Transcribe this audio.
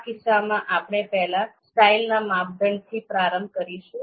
આ કિસ્સામાં આપણે પહેલા સ્ટાઇલના માપદંડથી પ્રારંભ કરીશું